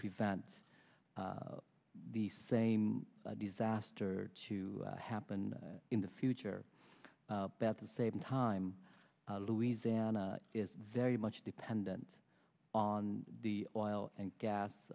prevent the same disaster to happen in the future about the same time louisiana is very much dependent on the oil and gas